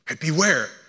beware